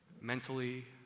mentally